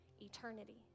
eternity